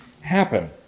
happen